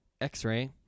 X-Ray